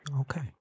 Okay